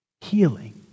healing